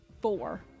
Four